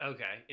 Okay